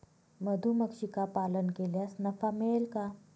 मधुमक्षिका पालन केल्यास नफा मिळेल का?